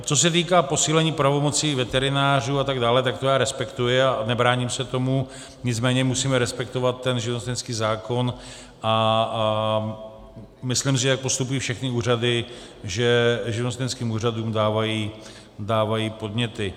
Co se týká posílení pravomocí veterinářů a tak dále, tak to já respektuji a nebráním se tomu, nicméně musíme respektovat živnostenský zákon a myslím si, že jak postupují všechny úřady, že živnostenským úřadům dávají podněty.